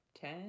ten